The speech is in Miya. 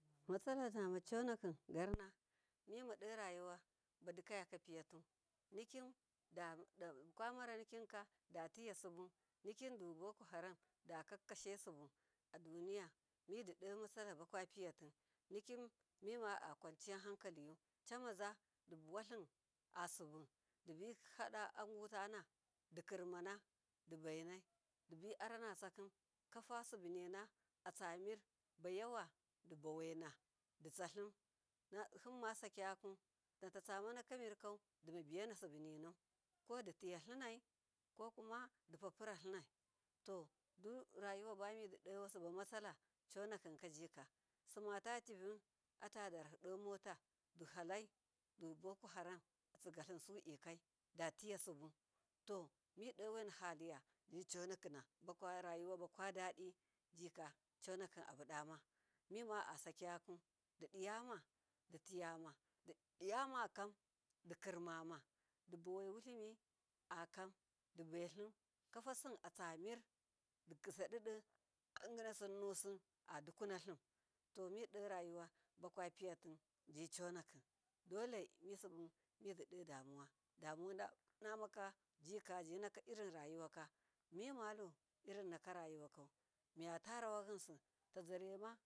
Mutsalanama conakin garna mimado rayuwa badi kayaka piyatu nikim kwamaranikika dutiyasibu nikidu bokeharam dakakkashesibu aduniya midido mitsabakwapiyati nikimima akwaniyan hukaliyu camazu dibuwatli asibu, dibi hada agutana dikir mana dibai nai dibi aranatsakin kwafazibinina atsamirba yawa dibawaina disatlim, himma sayakun nata tsamanaka mirkau dimabiyansibininau kodiyiyatlinai kokuma dipapuratlinai todu rayuwabamididowasi bamatsala conakin kajika simatativuatadarhi do mota dihalai dubokoharam tsigatlinsudikai datiye sibu, to midowaina hadiya conakina rayuwabadadi jika conakin abudama mima asayaka didiyaditi yama didi yamakam dikirmama, dibawai wutlimi akam dibaitlin kwafasim atsamir digisadidi aginasin nusi adukunatlin to mido rayuwa bakwapiyati jiconakin, dole misibu midido damuwa damuwanamaka jika irinnaka rayuwaka mimalu irin naka rayuwa kau miyata rawa yinsi ta zyarema.